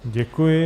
Děkuji.